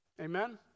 Amen